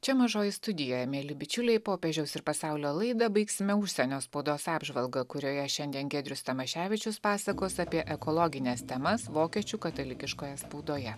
čia mažoji studijoje mieli bičiuliai popiežiaus ir pasaulio laidą baigsime užsienio spaudos apžvalga kurioje šiandien giedrius tamaševičius pasakos apie ekologines temas vokiečių katalikiškoje spaudoje